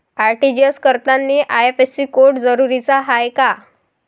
RTGS करतांनी IFSC code जरुरीचा हाय का?